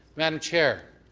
madame chair,